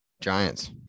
Giants